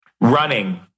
Running